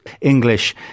English